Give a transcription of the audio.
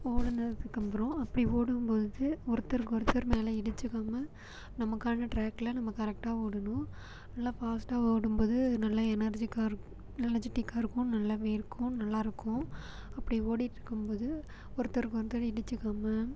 ஓடுனதுக்கு அப்புறம் அப்படி ஓடும் போது ஒருத்தருக்கு ஒருத்தர் மேலே இடிச்சிக்காமல் நமக்கான ட்ராக்ல நம்ம கரெக்டாக ஓடணும் இல்லை ஃபாஸ்ட்டாக ஓடும் போது நல்லா எனர்ஜிக்கா எனர்ஜிடிக்காக இருக்கும் நல்லா வேர்க்கும் நல்லா இருக்கும் அப்படி ஓடிட்டு இருக்கும் போது ஒருத்தருக்கு ஒருத்தர் இடிச்சிக்காமல்